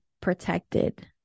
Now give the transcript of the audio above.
protected